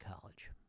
College